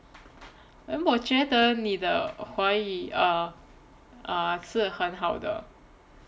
我觉得你的华语 err err 是很好的